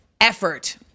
effort